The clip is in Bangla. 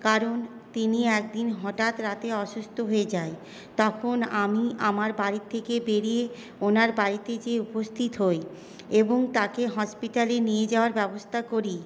কারণ তিনি একদিন হঠাৎ রাতে অসুস্থ হয়ে যায় তখন আমি আমার বাড়ি থেকে বেরিয়ে ওনার বাড়িতে যেয়ে উপস্থিত হই এবং তাকে হসপিটালে নিয়ে যাওয়ার ব্যবস্থা করি